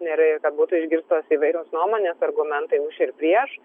ir ir kad būtų išgirstos įvairios nuomonės argumentai už ir prieš